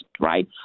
right